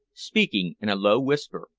speaking in a low whisper,